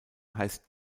heißt